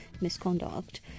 misconduct